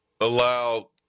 allow –